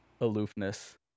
aloofness